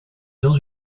dans